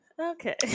Okay